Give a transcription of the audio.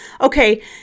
Okay